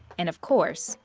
and of course,